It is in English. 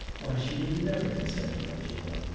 why, she would never consent to what you want.